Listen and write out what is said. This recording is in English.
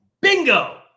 Bingo